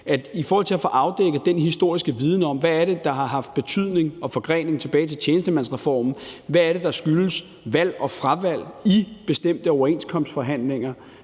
spørgsmål – at få afdækket den historiske viden om, hvad der har haft betydning, hvad der har en forgrening tilbage til tjenestemandsreformen, og hvad der skyldes valg og fravalg i bestemte overenskomstforhandlinger.